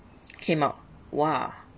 came out !wah!